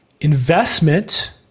investment